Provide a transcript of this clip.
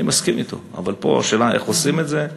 אני מסכים אתו, אבל פה השאלה, איך עושים את זה?